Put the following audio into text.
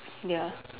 ya